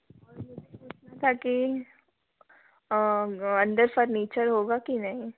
और मुझे पूछना था कि अंदर फर्नीचर होगा कि नहीं